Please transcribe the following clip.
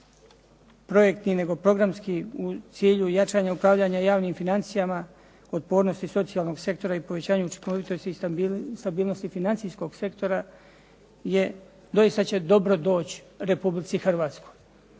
projektni nego programski, u cilju jačanja upravljanja javnim financijama, otpornosti socijalnog sektora i povećanje učinkovitosti i stabilnosti financijskog sektora doista će dobro doći Republici Hrvatskoj.